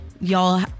Y'all